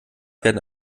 werden